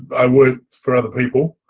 i worked for other people